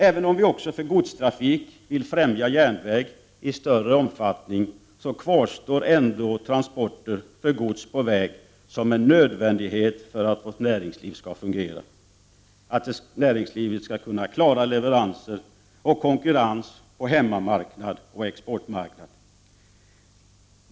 Även om vi också när det gäller godstrafik vill främja järnväg i större omfattning kvarstår transporter för gods på väg som en nödvändighet för att vårt näringsliv skall fungera, klara leveranser och konkurrens på hemmamarknad och exportmarknad.